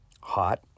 Hot